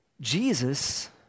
Jesus